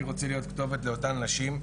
אני רוצה להיות כתובת לאותן נשים.